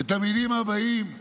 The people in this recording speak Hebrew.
את המילים הבאות,